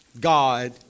God